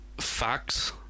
facts